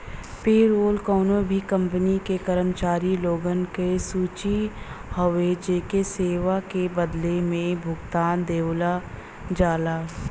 payroll कउनो भी company क कर्मचारी लोगन क सूची हउवे जेके सेवा के बदले में भुगतान देवल जाला